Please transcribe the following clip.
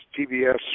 TBS